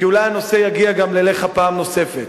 כי אולי הנושא יגיע גם אליך פעם נוספת.